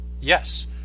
yes